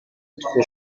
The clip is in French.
trop